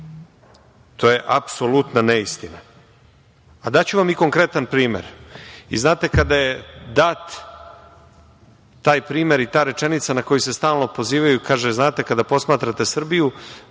to je apsolutna neistina. Daću vam i konkretan primer. Znate, kada je dat taj primer i ta rečenica na koju se stalno pozivaju, kaže – znate, kada posmatrate Srbiju